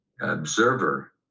observer